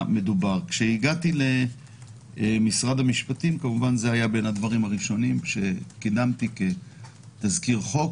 כשהגעתי למשרד המשפטים זה היה בין הדברים הראשונים שקידמתי כתזכיר חוק,